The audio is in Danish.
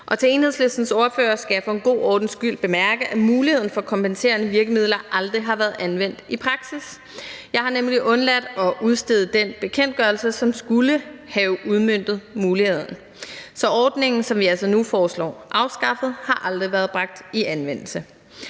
Til Enhedslistens ordfører skal jeg for en god ordens skyld bemærke, at muligheden for kompenserende virkemidler aldrig har været anvendt i praksis. Jeg har nemlig undladt at udstede den bekendtgørelse, som skulle have udmøntet muligheden. Så ordningen, som vi altså nu foreslår afskaffet, har aldrig været bragt i anvendelse.